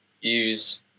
use